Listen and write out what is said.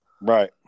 Right